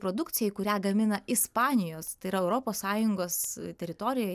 produkcijai kurią gamina ispanijos tai yra europos sąjungos teritorijoj